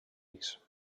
pis